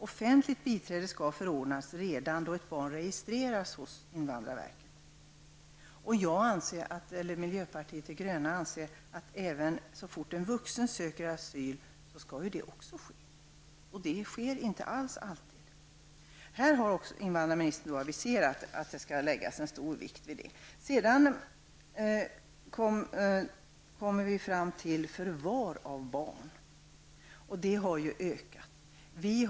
Offentligt biträde skall förordnas redan då ett barn registreras hos invandrarverket. Miljöpartiet de gröna anser att det skall gälla även vuxna som söker asyl. Men det sker inte alls alltid. I detta sammanhang har invandrarministern också aviserat att stor vikt skall läggas vid detta. Förvarstagande av barn har ökat i omfattning.